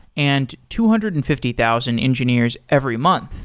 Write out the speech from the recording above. and two hundred and fifty thousand engineers every month.